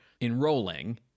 enrolling